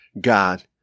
God